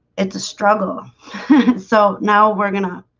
it's a struggle so now we're gonna